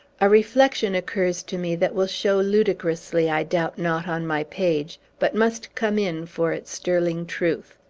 a reflection occurs to me that will show ludicrously, i doubt not, on my page, but must come in for its sterling truth.